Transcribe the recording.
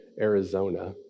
Arizona